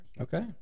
Okay